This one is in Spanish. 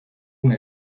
una